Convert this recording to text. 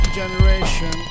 generation